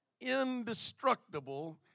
Indestructible